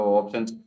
options